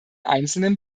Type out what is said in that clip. einzelnen